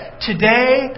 Today